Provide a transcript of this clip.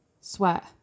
sweat